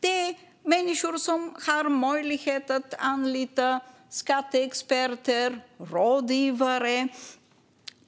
Det är människor som har möjlighet att anlita skatteexperter, rådgivare